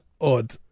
odd